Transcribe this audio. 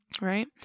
right